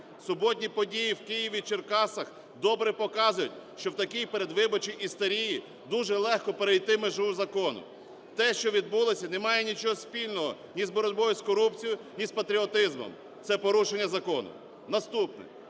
Суботні події в Києві, Черкасах добре показують, що в такій передвиборчій істерії дуже легко перейти межу закону. Те, що відбулося, немає нічого спільного ні з боротьбою з корупцією, ні з патріотизмом, це порушення закону. Наступне.